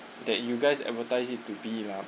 that you guys advertise it to be lah